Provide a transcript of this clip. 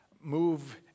move